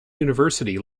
university